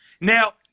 Now